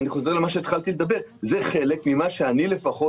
אני חוזר למה שהתחלתי לדבר: זה חלק ממה שאני לפחות